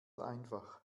einfach